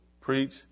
preach